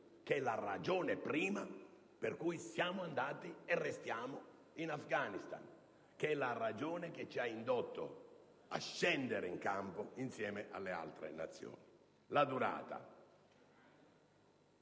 che è la ragione prima per cui siamo andati e restiamo in Afghanistan, la ragione che ci ha indotto a scendere in campo insieme alle altre Nazioni. Quanto